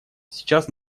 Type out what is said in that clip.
сейчас